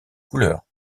couleurs